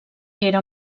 era